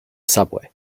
subway